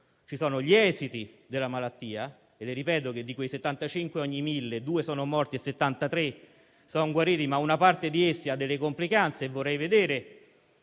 ci sono gli esiti della malattia. Ripeto che, di quei 75 ogni 1.000, 2 sono morti e 73 sono guariti, ma una parte di essi ha delle complicanze. Vorrei vedere